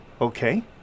Okay